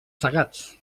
segats